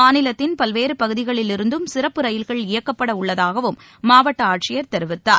மாநிலத்தின் பல்வேறு பகுதிகளிலிருந்தும் சிறப்பு ரயில்கள் இயக்கப்பட உள்ளதாகவும் மாவட்ட ஆட்சியர் தெரிவித்தார்